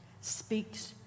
speaks